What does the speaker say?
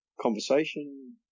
conversation